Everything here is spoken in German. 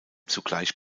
zugleich